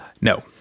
No